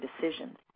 decisions